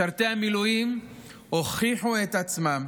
משרתי המילואים הוכיחו את עצמם